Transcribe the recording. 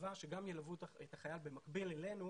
מהצבא שגם ילוו את החייל במקביל אלינו,